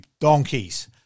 donkeys